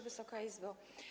Wysoka Izbo!